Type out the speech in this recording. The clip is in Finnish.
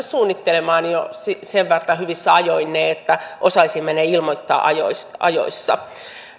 suunnittelemaan jo sen verran hyvissä ajoin että osaisimme ne ilmoittaa ajoissa ajoissa